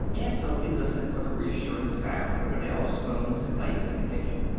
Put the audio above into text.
aunt sophy listened for the reassuring sound of adele's spoons and plates in the kitchen.